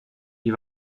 wie